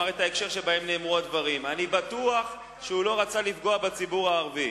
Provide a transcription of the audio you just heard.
הוא התנצל, והדברים נאמרו בהקשר מאוד מסוים.